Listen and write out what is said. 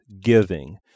giving